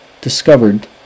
discovered